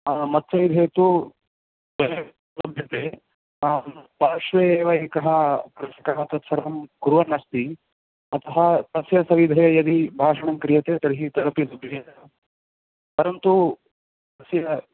मत्सविधे तु द्वयमपि लभ्यते पार्श्वे एव एकः कृषकः तत्सर्वं कुर्वन्नस्ति अतः तस्य सविधे यदि भाषणं क्रियते तर्हि तदपि लभ्येत परन्तु तस्य